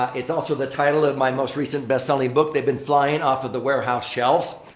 it's also the title of my most recent best-selling book. they've been flying off of the warehouse shelves.